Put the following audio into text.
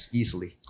easily